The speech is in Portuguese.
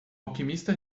alquimista